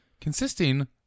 consisting